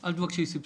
אל תבקשי סבסוד.